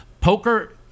poker